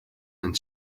and